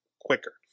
quicker